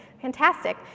Fantastic